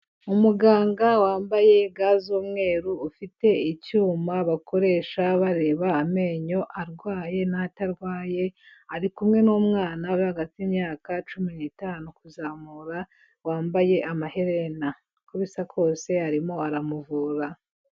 Umuganga wambaye ga z'umweru ufite icyuma bakoresha bareba amenyo arwaye n'atarwaye, ari kumwe n'umwana uri hagati y'imyaka cumi n'itanu kuzamura wambaye amaherena. Uko bisa kose arimo aramuvura.